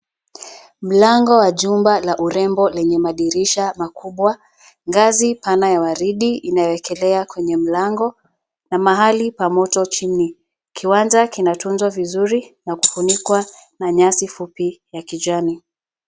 Mlango wa jumba la urembo lenye madirisha makubwa, ngazi pana ya waridi inawekelewa kwenye mlango, na mahali pa moto chini. Kiwanja kinatunzwa vizuri na kufunikwa na nyasi fupi ya kijani.